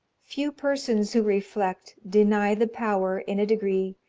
few persons who reflect deny the power, in a degree,